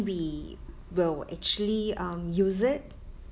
we will actually um use it